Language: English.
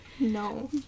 No